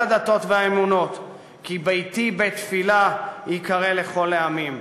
הדתות והאמונות: "כי ביתי בית תפילה יקרֵא לכל העמים".